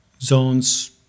zones